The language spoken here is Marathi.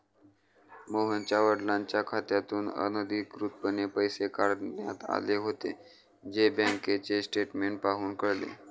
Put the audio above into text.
मोहनच्या वडिलांच्या खात्यातून अनधिकृतपणे पैसे काढण्यात आले होते, जे बँकेचे स्टेटमेंट पाहून कळले